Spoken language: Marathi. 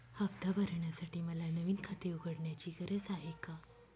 हफ्ता भरण्यासाठी मला नवीन खाते उघडण्याची गरज आहे का?